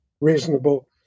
reasonable